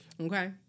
Okay